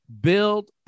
build